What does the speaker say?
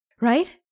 right